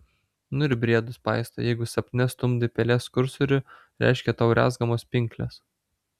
nu ir briedus paisto jeigu sapne stumdai pelės kursorių reiškia tau rezgamos pinklės